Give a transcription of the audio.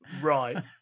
right